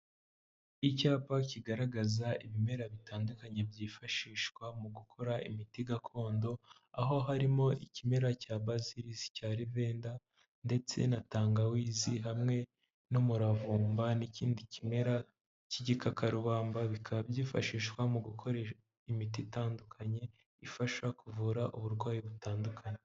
Icyapa kigaragaza ibimera bitandukanye byifashishwa mu gukora imiti gakondo, aho harimo ikimera cya bazilisi cya livenda ndetse na tangawizi hamwe n'umuravumba n'ikindi kimera cy'igikakarubamba, bikaba byifashishwa mu gukora imiti itandukanye ifasha kuvura uburwayi butandukanye.